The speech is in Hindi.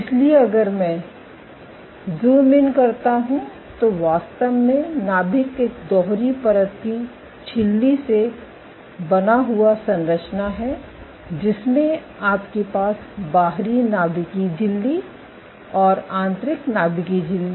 इसलिए अगर मैं ज़ूम इन करता हूं तो वास्तव में नाभिक एक दोहरी परत की झिल्ली से बना हुआ संरचना है जिसमें आपके पास बाहरी नाभिकीय झिल्ली और आंतरिक नाभिकीय झिल्ली